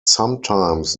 sometimes